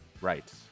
Right